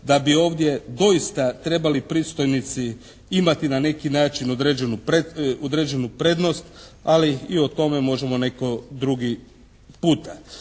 da bi ovdje doista trebali pristojnici imati na neki način određenu prednost, ali i o tome možemo neko drugi puta.